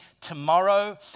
tomorrow